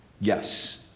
yes